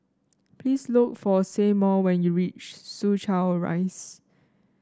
please look for Seymour when you reach Soo Chow Rise